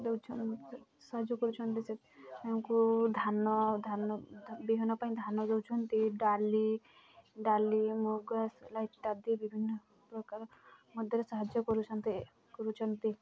ଦେଉଛନ୍ତି ସାହାଯ୍ୟ କରୁଛନ୍ତି ଧାନ ବିହନ ପାଇଁ ଧାନ ଦେଉଛନ୍ତି ଡାଲି ଡାଲି ମୁଗ ଲାଇକ୍ ଆଦି ବିଭିନ୍ନ ପ୍ରକାର ମଧ୍ୟରେ ସାହାଯ୍ୟ କରୁଛନ୍ତି କରୁଛନ୍ତି